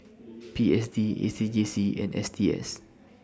P S D A C J C and S T S